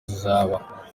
zizaba